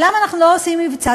למה אנחנו לא עושים מבצע?